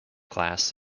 class